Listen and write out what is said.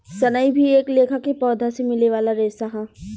सनई भी एक लेखा के पौधा से मिले वाला रेशा ह